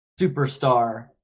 superstar